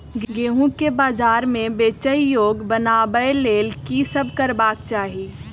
गेंहूँ केँ बजार मे बेचै योग्य बनाबय लेल की सब करबाक चाहि?